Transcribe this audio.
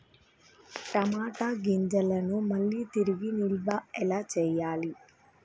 టమాట గింజలను మళ్ళీ తిరిగి నిల్వ ఎలా చేయాలి?